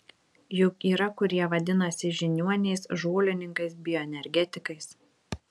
juk yra kurie vadinasi žiniuoniais žolininkais bioenergetikais